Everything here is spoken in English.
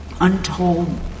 untold